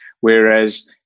Whereas